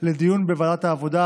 לדיון בוועדת העבודה,